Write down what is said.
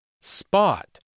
Spot